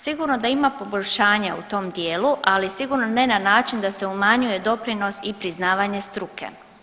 Sigurno da ima poboljšanja u tom dijelu, ali sigurno ne na način da se umanjuje doprinos i priznavanje struke.